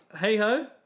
hey-ho